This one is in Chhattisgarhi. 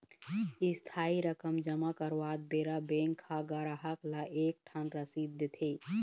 इस्थाई रकम जमा करवात बेरा बेंक ह गराहक ल एक ठन रसीद देथे